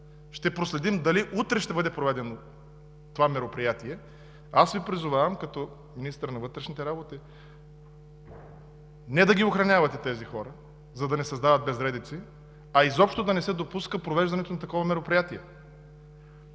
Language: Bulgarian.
ще проследим дали утре ще бъде проведено това мероприятие. Аз Ви призовавам, като министър на вътрешните работи, не да охранявате тези хора, за да не създават безредици, а изобщо да не се допуска провеждането на такова мероприятие.